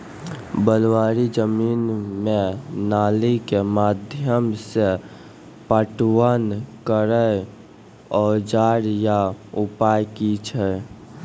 बलूआही जमीन मे नाली के माध्यम से पटवन करै औजार या उपाय की छै?